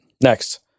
Next